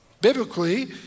Biblically